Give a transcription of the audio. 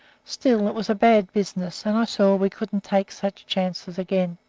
still, it was bad business, and i saw we couldn't take such chances again.